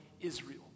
Israel